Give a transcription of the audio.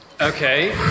Okay